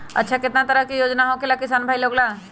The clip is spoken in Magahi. अच्छा कितना तरह के योजना होखेला किसान भाई लोग ला?